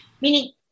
meaning